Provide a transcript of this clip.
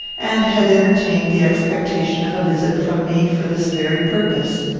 and had entertained the expectation of a visit from me for this very purpose.